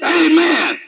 amen